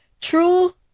true